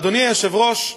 אדוני היושב-ראש,